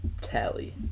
Tally